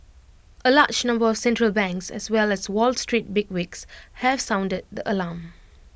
A large number of central banks as well as wall street bigwigs have sounded the alarm